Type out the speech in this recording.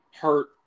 hurt